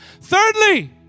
Thirdly